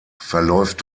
verläuft